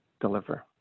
deliver